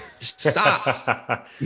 stop